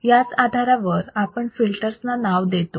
याच आधारावर आपण फिल्टर्स ना नाव देतो